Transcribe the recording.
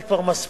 זה כבר מספיק.